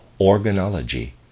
organology